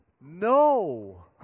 no